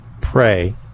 Pray